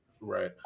Right